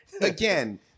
again